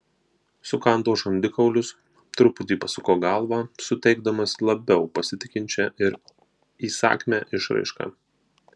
sukando žandikaulius truputį pasuko galvą suteikdamas labiau pasitikinčią ir įsakmią išraišką